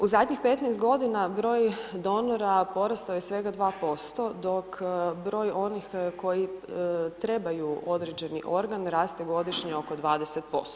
U zadnjih 15 g. broj donora porastao je svega 2% dok broj onih koji trebaju određeni organ, rastu godišnje oko 20%